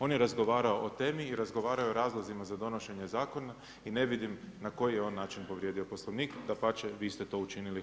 On je razgovarao o temi i razgovarao je o razlozima za donošenje zakona i ne vidim na koji je on način povrijedio Poslovnik, dapače vi ste to učinili.